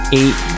eight